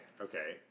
okay